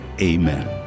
amen